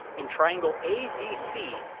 in triangle abc,